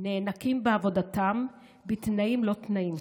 נאנקים ועובדים בתנאים-לא-תנאים.